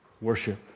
worship